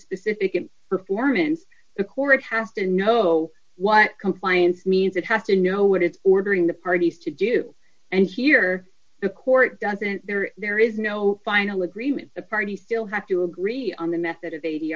specific and performance the courts have to know what compliance means it has to know what it's ordering the parties to do and here the court doesn't there or there is no final agreement the party still have to agree on the method of